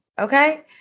Okay